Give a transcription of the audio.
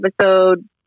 episode